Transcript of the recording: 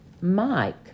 Mike